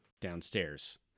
downstairs